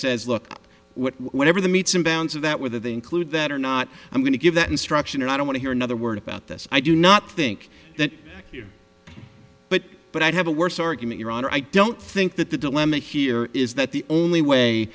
says look whatever the meets in bounds of that whether they include that or not i'm going to give that instruction or not i want to hear another word about this i do not think that but but i have a worse argument your honor i don't think that the dilemma here is that the only way